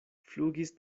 flugis